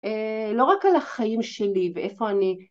לא רק על החיים שלי ואיפה אני